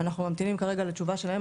אנחנו ממתינים כרגע לתשובה שלהם,